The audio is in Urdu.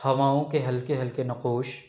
ہواؤں کے ہلکے ہلکے نقوش